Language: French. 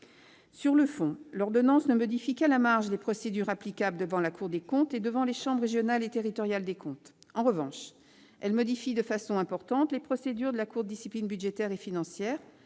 Sur le fond, l'ordonnance ne modifie qu'à la marge les procédures applicables devant la Cour des comptes et devant les chambres régionales et territoriales des comptes. En revanche, elle modifie de façon importante les procédures de la Cour de discipline budgétaire et financière,